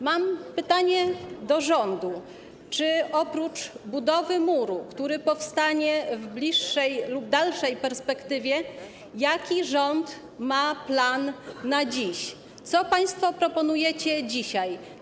Mam pytanie do rządu: Oprócz budowy muru, który powstanie w bliższej lub dalszej perspektywie, jaki rząd ma plan na dziś, co państwo proponujecie dzisiaj?